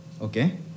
okay